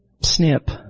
snip